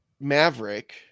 Maverick